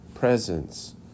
Presence